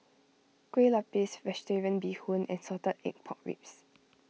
Kueh Lopes Vegetarian Bee Hoon and Salted Egg Pork Ribs